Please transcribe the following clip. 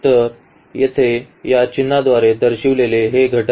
तर येथे या चिन्हाद्वारे दर्शविलेले हे घटक